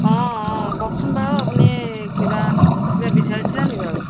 অ অ কওকচোন বাৰু আপুনি কিবা কিবা বিচাৰিছিলেনি বাৰু